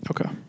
Okay